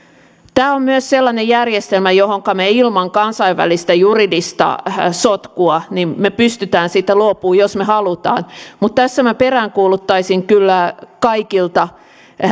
tämä on myös sellainen järjestelmä josta me ilman kansainvälistä juridista sotkua pystymme luopumaan jos me haluamme mutta tässä minä peräänkuuluttaisin kyllä kaikilta